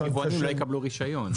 יבואנים לא יקבלו רישיון.